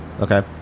Okay